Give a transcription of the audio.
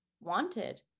wanted